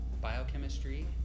biochemistry